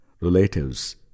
relatives